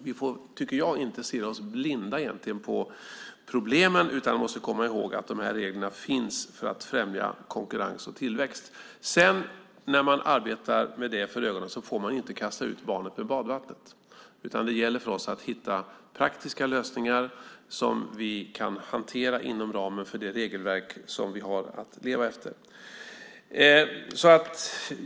Vi får inte stirra oss blinda på problemen utan måste komma ihåg att reglerna finns för att främja konkurrens och tillväxt. När man arbetar med det för ögonen får man inte kasta ut barnet med badvattnet. Det gäller för oss att hitta praktiska lösningar som vi kan hantera inom ramen för det regelverk vi har att leva efter.